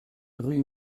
rue